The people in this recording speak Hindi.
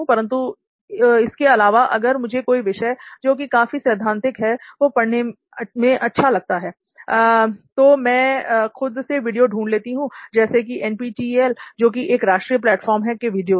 परंतु इसके अलावा अगर मुझे कोई विषय जो कि काफी सैद्धांतिक है को अच्छे से समझना है तो मैं खुद से वीडियो ढूंढ लेती हूं जैसे कि एनपीटीईएल जो कि एक राष्ट्रीय प्लेटफार्म है के वीडियोस